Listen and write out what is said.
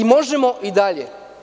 Možemo i dalje.